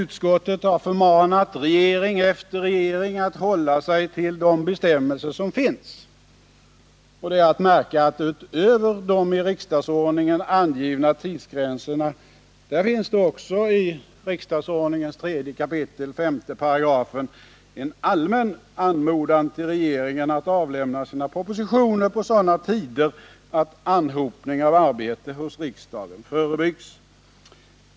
Utskottet har förmanat regering efter regering att hålla sig till de bestämmelser som finns. Det är att märka att utöver de i riksdagsordningen angivna tidsgränserna finns i riksdagsordningens 3 kap. 5 § en allmän anmodan till regeringen att avlämna sina propositioner på sådana tider att anhopning av arbete hos riksdagen förebyggs.